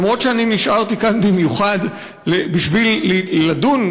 למרות שאני נשארתי כאן במיוחד בשביל לדון,